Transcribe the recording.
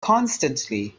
constantly